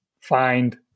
find